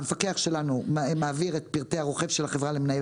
המפקח שלנו מעביר את פרטי הרוכב של החברה למנהל